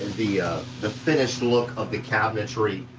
the the finished look of the cabinetry,